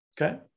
Okay